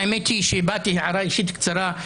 הערה אישית קצרה.